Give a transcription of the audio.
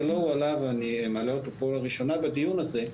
שלא הועלה ואני מעלה אותו פה לראשונה בדיון הזה,